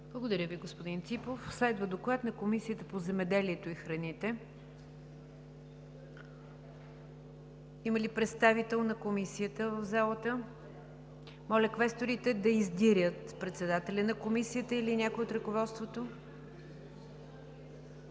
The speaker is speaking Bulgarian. Благодаря Ви, господин Ципов. Следва Доклад на Комисията по земеделието и храните. Има ли представител на Комисията в залата? Моля квесторите да издирят председателя на Комисията или някой от ръководството.